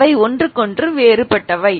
அவை ஒன்றுக்கொன்று வேறுபட்டவை